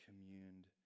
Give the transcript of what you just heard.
communed